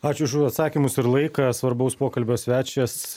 ačiū už atsakymus ir laiką svarbaus pokalbio svečias